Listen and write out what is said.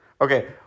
Okay